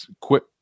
quit